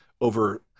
over